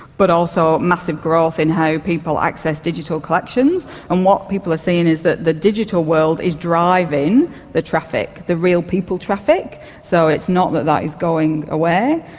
but also massive growth in how people access digital collections. and what people are seeing is that the digital world is driving the traffic, the real people traffic. so it is not that that is going away.